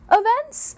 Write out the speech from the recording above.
events